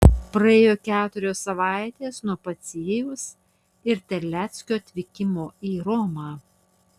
praėjo keturios savaitės nuo pociejaus ir terleckio atvykimo į romą